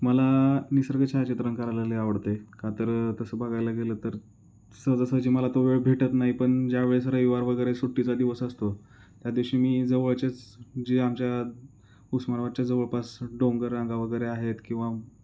मला निसर्ग छायाचित्रण करायला लय आवडते का तर तसं बघायला गेलं तर सहजासहजी मला तो वेळ भेटत नाही पण ज्यावेळेस रविवार वगैरे सुट्टीचा दिवस असतो त्या दिवशी मी जवळचेच जे आमच्या उस्मानाबादच्या जवळपास डोंगररांगा वगैरे आहेत किंवा